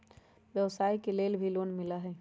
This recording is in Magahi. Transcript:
व्यवसाय के लेल भी लोन मिलहई?